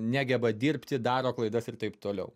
negeba dirbti daro klaidas ir taip toliau